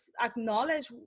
acknowledge